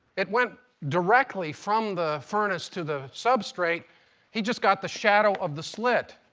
it went directly from the furnace to the substrate he just got the shadow of the slit.